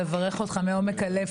אני רוצה לברך אותך מעומק הלב.